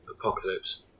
Apocalypse